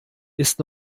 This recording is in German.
ist